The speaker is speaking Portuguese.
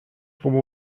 como